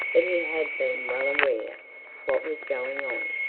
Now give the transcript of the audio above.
but he had been well aware what was going on.